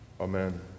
Amen